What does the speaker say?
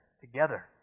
together